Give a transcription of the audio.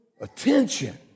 Attention